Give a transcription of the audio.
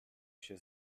się